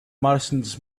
martians